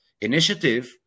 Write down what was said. initiative